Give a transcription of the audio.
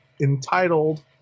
entitled